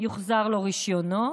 שיוחזר לו רישיונו,